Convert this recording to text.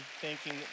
thanking